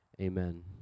Amen